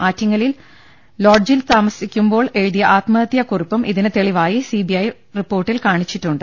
ആറ്റിങ്ങലിൽ ലോഡ്ജിൽ താമസിക്കുമ്പോൾ എഴുതിയ ആത്മഹത്യാ കുറിപ്പും ഇതിന് തെളിവായി സിബിഐ റിപ്പോർട്ടിൽ കാണിച്ചിട്ടുണ്ട്